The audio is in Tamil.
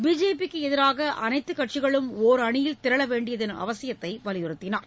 பிஜேபிக்கு எதிராக அனைத்துக் கட்சிகளும் ஒரணியில் திரள வேண்டியதன் அவசியத்தை வலியுறுத்தினார்